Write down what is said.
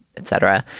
etc.